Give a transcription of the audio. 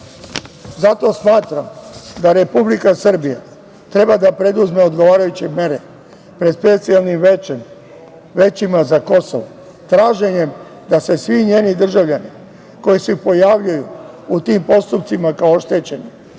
smatram da Republika Srbija treba da preduzme odgovarajuće mere pred Specijalnim većem, većima za Kosovo, traženjem da se svi njeni državljani koji se pojavljuju u tim postupcima kao oštećeni